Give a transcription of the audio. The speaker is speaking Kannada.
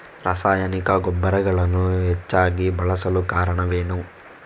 ರಾಸಾಯನಿಕ ಗೊಬ್ಬರಗಳನ್ನು ಹೆಚ್ಚಾಗಿ ಬಳಸಲು ಕಾರಣವೇನು?